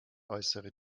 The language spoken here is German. äußere